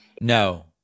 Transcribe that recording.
No